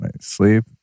Sleep